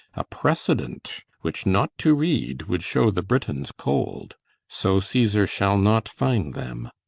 a precedent which not to read would show the britons cold so caesar shall not find them.